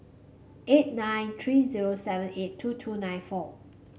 eight nine three zero seven eight two two nine four